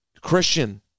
Christian